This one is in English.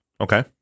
Okay